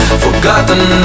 forgotten